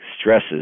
stresses